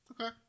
Okay